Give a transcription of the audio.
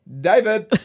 David